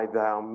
Thou